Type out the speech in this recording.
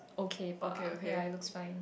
okay bah ya it looks fine